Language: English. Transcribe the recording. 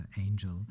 Angel